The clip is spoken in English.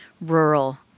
rural